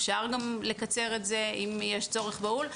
אפשר גם לקצר את זה אם יש צורך בהול.